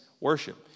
worship